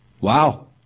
Wow